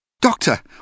Doctor